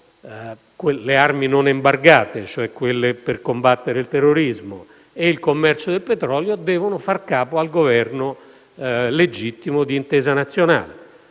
le armi non embargate (vale a dire quelle per combattere il terrorismo) e il commercio del petrolio devono far capo al Governo legittimo d'intesa nazionale.